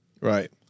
Right